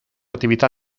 attività